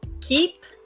keep